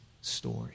story